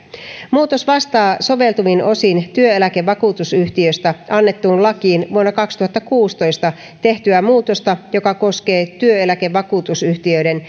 muutos vastaa soveltuvin osin työeläkevakuutusyhtiöistä annettuun lakiin vuonna kaksituhattakuusitoista tehtyä muutosta joka koskee työeläkevakuutusyhtiöiden